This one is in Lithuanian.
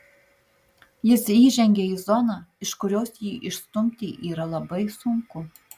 jis įžengia į zoną iš kurios jį išstumti yra labai sunku